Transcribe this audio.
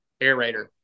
aerator